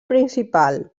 principal